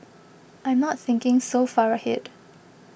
I'm not thinking so far ahead